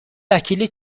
وکیل